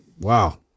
Wow